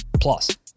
Plus